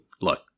look